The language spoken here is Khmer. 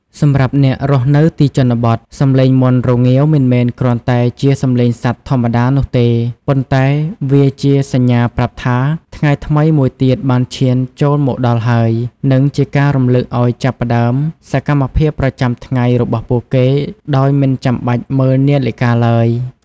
សម្រាប់អ្នករស់នៅទីជនបទ សំឡេងមាន់រងាវមិនមែនគ្រាន់តែជាសំឡេងសត្វធម្មតានោះទេ ប៉ុន្តែវាជាសញ្ញាប្រាប់ថាថ្ងៃថ្មីមួយទៀតបានឈានចូលមកដល់ហើយ និងជាការរំលឹកឱ្យចាប់ផ្តើមសកម្មភាពប្រចាំថ្ងៃរបស់ពួកគេដោយមិនចាំបាច់មើលនាឡិកាឡើយ។